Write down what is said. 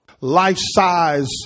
life-size